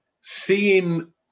seeing